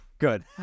Good